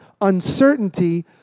uncertainty